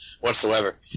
whatsoever